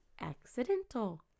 accidental